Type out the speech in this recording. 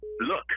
look